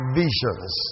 visions